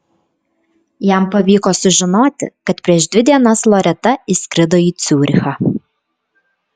jam pavyko sužinoti kad prieš dvi dienas loreta išskrido į ciurichą